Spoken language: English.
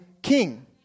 King